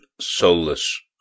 soulless